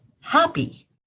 happy